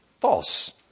False